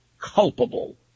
culpable